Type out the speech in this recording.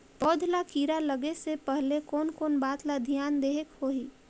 पौध ला कीरा लगे से पहले कोन कोन बात ला धियान देहेक होही?